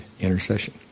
intercession